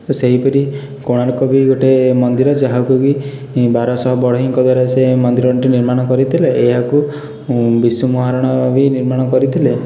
ତ ସେହିପରି କୋଣାର୍କ ବି ଗୋଟେ ମନ୍ଦିର ଯାହାକୁ ବାରଶହ ବଢ଼େଇଙ୍କ ଦ୍ୱାରା ସେ ମନ୍ଦିର ନିର୍ମାଣ କରିଥିଲେ ଏହାକୁ ବିଶୁ ମହାରଣା ବି ନିୖର୍ମାଣ କରିଥିଲେ